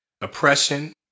oppression